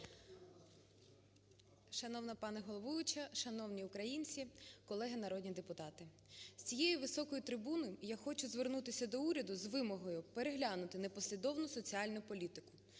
Шановна пані головуюча! Шановні українці! Колеги народні депутати! З цієї високої трибуни я хочу звернутися до уряду з вимогою переглянути непослідовну соціальну політику.